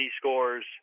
scores